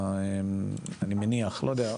אני מניח, לא יודע.